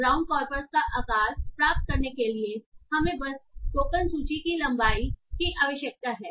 brown corpus का आकार प्राप्त करने के लिए हमें बस टोकन सूची की लंबाई की आवश्यकता है